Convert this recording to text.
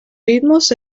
ritmos